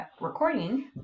recording